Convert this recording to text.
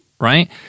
right